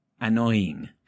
annoying